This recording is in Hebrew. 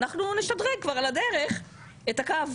אנחנו נשדרג כבר על הדרך את הקו.